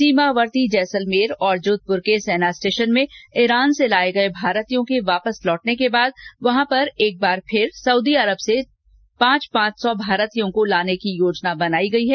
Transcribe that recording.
सीमावर्ती जैसलमेर और जोधपुर के सेना स्टेशन में ईरान से लाए गए भारतीयों के वापस लौटने के बाद वहां पर एक बार फिर सऊदी अरब से पांच पांच सौ भारतीयों को लाने की योजना बनायी गयी है